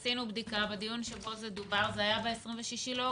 עשינו בדיקה בדיון שבו דובר זה היה ב-26 באוגוסט.